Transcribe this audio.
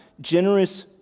generous